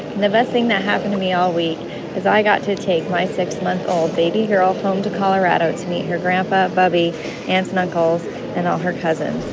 the best thing that happened to me all week is i got to take my six-month-old baby girl home to colorado to meet her grandpa bubby, aunts and uncles and all her cousins.